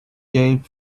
jailed